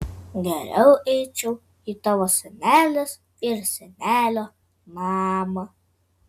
geriau eičiau į tavo senelės ir senelio namą